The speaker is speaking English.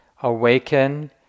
awaken